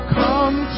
come